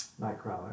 Nightcrawler